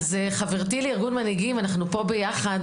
חברתי לארגון מנהיגים, אנחנו פה ביחד.